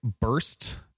burst